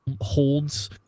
holds